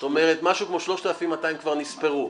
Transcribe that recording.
זאת אומרת, משהו כמו 3,200 כבר נספרו.